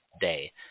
day